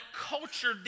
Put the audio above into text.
culture